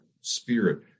spirit